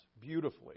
beautifully